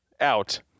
Out